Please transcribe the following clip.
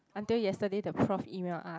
until yesterday the prof email us